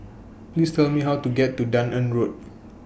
Please Tell Me How to get to Dunearn Road